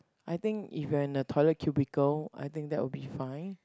I think if you're in the toilet cubicle I think that will be fine